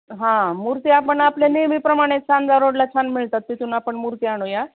हा मूर्ती आपण आपल्या नेहमी प्रमाणेच कामगार रोडला छान मिळतात तिथून आपण मूर्ती आणूया